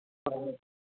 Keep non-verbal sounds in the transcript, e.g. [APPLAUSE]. [UNINTELLIGIBLE]